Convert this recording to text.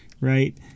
right